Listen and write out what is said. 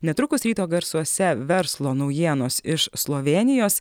netrukus ryto garsuose verslo naujienos iš slovėnijos